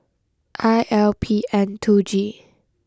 I L P N two G